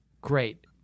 great